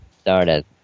Started